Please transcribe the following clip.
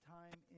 time